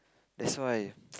that's why